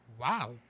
wow